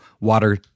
water